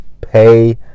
pay